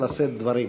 לשאת דברים.